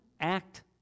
act